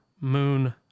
Moon